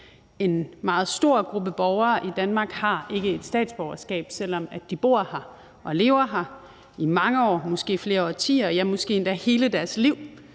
En meget stor gruppe borgere i Danmark har ikke et statsborgerskab, selv om de bor her og har levet her i mange år, måske flere årtier, ja, måske hele deres liv.